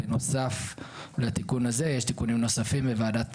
בנוסף לתיקון הזה יש תיקונים נוספים בוועדת